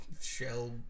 shell